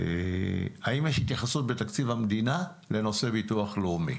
האם יש התייחסות בתקציב המדינה לנושא הביטוח הלאומי?